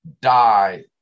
die